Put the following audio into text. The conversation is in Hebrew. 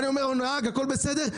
שואלים: הנהג, הכול בסדר?